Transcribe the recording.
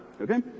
Okay